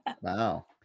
Wow